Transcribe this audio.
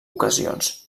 ocasions